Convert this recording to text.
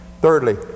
Thirdly